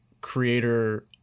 creator